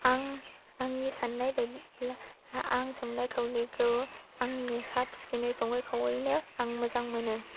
आं आंनि सान्नाय बायदिब्ला आं संनाय खावनायखौ आंनिनो साब सिखोनै सङै खावैनो आं मोजां मोनो